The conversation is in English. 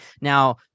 Now